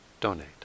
donate